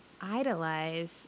idolize